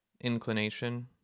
inclination